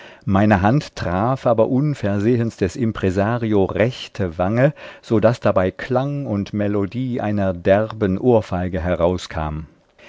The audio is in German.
meine hand traf aber unversehens des impresario rechte wange so daß dabei klang und melodie einer derben ohrfeige herauskam